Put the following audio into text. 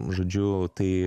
žodžiu tai